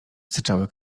syczały